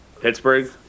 Pittsburgh